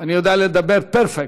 אני יודע לדבר פרפקט.